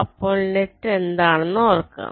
അപ്പോൾ നെറ്റ് എന്താണെന്ന് ഓർക്കുക